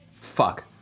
Fuck